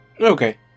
Okay